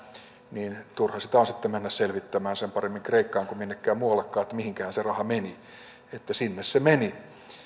niin turha sitä on sitten mennä selvittämään sen paremmin kreikkaan kuin minnekään muuallekaan että mihinköhän se raha meni että sinne se meni